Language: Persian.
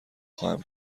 خواهم